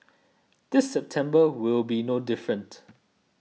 this September will be no different